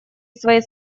своей